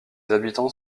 habitants